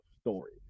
story